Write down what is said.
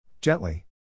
Gently